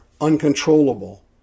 uncontrollable